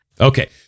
Okay